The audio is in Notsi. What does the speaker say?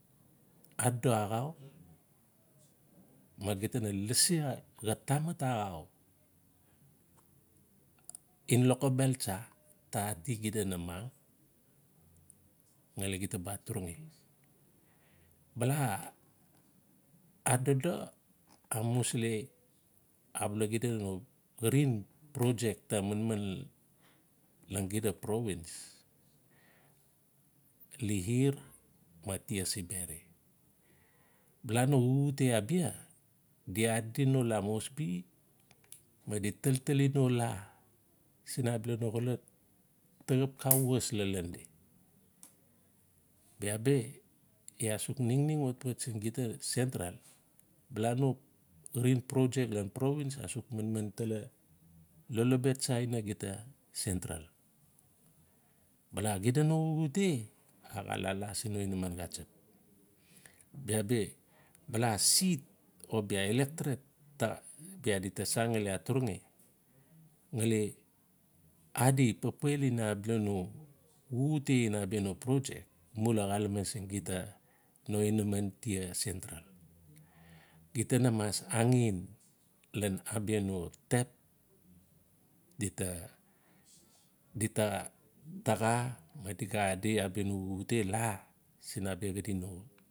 Adodo axau ma gita na lasi xa tamat axau en lokobel tsa, ta ati xida namang ngali xida ba atirangi. Bala adodo amusili abala no xarim projeck ta manman lan xida province. Lihir ma tia simberi, bulano xuxute abia di adi no la moresby, ma di tatali nola siin abala no xolot taxap xa was lalon di. Bia bi iaa suk ningning watwat siin gita sentral bala no xarim project nan province asuk manman tala lolobet tsa ina gita sentral. Bala xida no xuxute a xaa la-la siin no inaman xatsap. bia bi bala seat abia electorate, bia di ta san ngali aturagi, ngali adi papel ina abala no xuxute ina abia project muina a xalame siin gita no inaman tia sentral. Gita na mas angen ian abia no tap dita-dita taxa di ga adi abia no xuxute la siin abia xadi no.